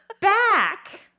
back